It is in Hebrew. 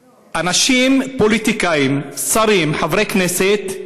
אנשים, פוליטיקאים, שרים, חברי כנסת,